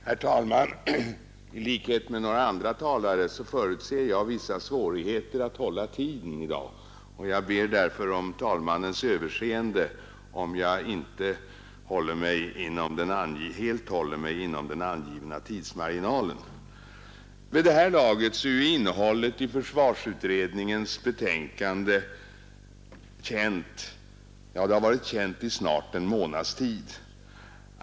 Herr talman! I likhet med några andra talare förutser jag vissa svårigheter att hålla tiden i dag, och jag ber därför om talmannens överseende om jag inte helt håller mig inom den angivna tidsmarginalen. Vid det här laget är innehållet i försvarsutredningens betänkande känt. Det har varit känt i snart en månads tid.